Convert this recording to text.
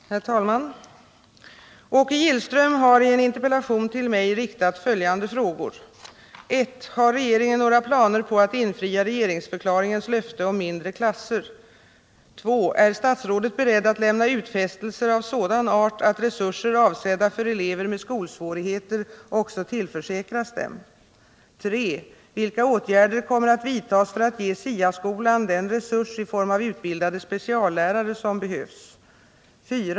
Herr talman! Åke Gillström har i en interpellation till mig riktat följande frågor: 1. Har regeringen några planer på att infria regeringsförklaringens löfte om mindre klasser? 2. Är statsrådet beredd att lämna utfästelser av sådan art att resurser avsedda för elever med skolsvårigheter också tillförsäkras dem? 3. Vilka åtgärder kommer att vidtas för att ge SIA skolan den resurs i form av utbildade speciallärare som behövs?